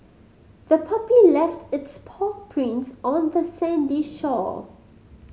the puppy left its paw prints on the sandy shore